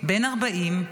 בן 40,